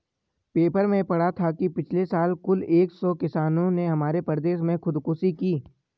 paper में पढ़ा था कि पिछले साल कुल एक सौ किसानों ने हमारे प्रदेश में खुदकुशी की